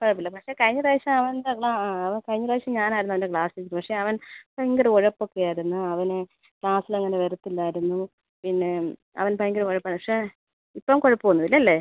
കുഴപ്പമില്ല പക്ഷേ കഴിഞ്ഞ പ്രാവശ്യം അവൻ്റെ ക്ലാ ആ ആ അവൻ കഴിഞ്ഞ പ്രാവശ്യം ഞാനായിരുന്നു അവൻ്റെ ക്ലാസ് ടീച്ചർ പക്ഷേ അവൻ ഭയങ്കര ഉഴപ്പൊക്കെ ആയിരുന്നു അവൻ ക്ലാസിൽ അങ്ങനെ വരില്ലായിരുന്നു പിന്നെ അവൻ ഭയങ്കര ഉഴപ്പാണ് പക്ഷേ ഇപ്പം കുഴപ്പമൊന്നും ഇല്ല അല്ലേ